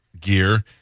gear